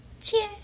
Cheers